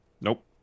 Nope